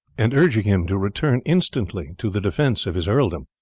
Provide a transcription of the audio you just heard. and urging him to return instantly to the defence of his earldom.